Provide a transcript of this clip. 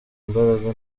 imbaraga